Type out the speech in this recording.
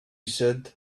said